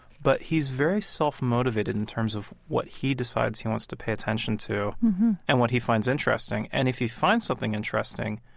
but he's very self-motivated in terms of what he decides he wants to pay attention to and what he finds interesting. and if he finds something interesting,